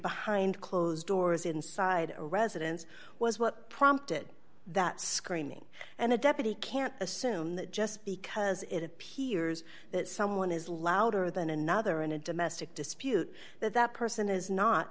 behind closed doors inside a residence was what prompted that screaming and a deputy can't assume that just because it appears that someone is louder than another in a domestic dispute that person is not